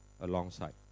alongside